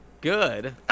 good